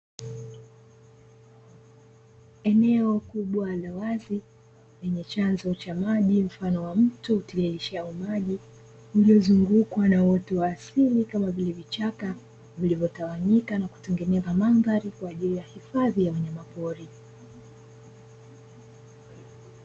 Eneo kubwa la wazi lenye chanzo cha maji mfano wa mto utiririshao maji, ulio zungukwa na uoto wa asili kama vile vichaka vilivyo tawanyika na kutengeneza mandhari kwaajili ya hifadhi ya wanyama pori.